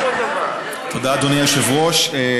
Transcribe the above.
אחריות קבלן שיפוצים),